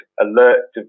alert